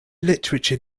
literature